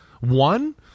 One